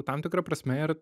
tam tikra prasme ir